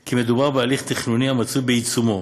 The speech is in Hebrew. כי מדובר בהליך תכנוני המצוי בעיצומו,